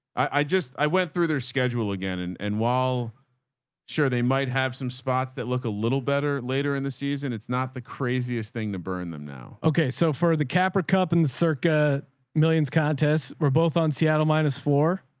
i just, i went through their schedule again and and while sure they might have some spots that look a little better later in the season. it's not the craziest thing to burn them now. okay. so for the capra cup and the circa millions contests, we're both on seattle minus four.